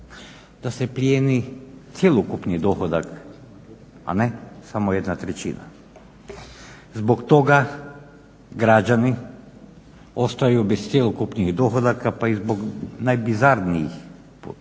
Da se plijeni cjelokupni dohodak, a ne samo jedna trećina. Zbog toga građani ostaju bez cjelokupnih dohodaka pa i zbog najbizarnijih zahtjeva